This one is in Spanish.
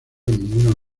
ninguna